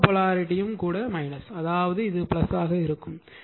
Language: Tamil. குறிப்பு போலாரிட்டி ம் கூட அதாவது இது ஆக இருக்கும்